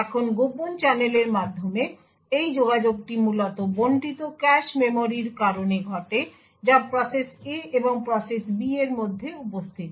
এখন গোপন চ্যানেলের মাধ্যমে এই যোগাযোগটি মূলত বন্টিত ক্যাশ মেমরির কারণে ঘটে যা প্রসেস A এবং প্রসেস B এর মধ্যে উপস্থিত